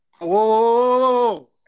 Whoa